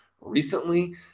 recently